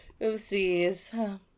Oopsies